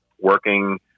working